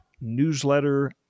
newsletter